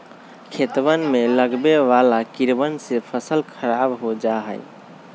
खेतवन में लगवे वाला कीड़वन से फसल खराब हो जाहई